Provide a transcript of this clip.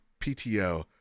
PTO